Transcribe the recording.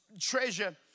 treasure